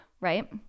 right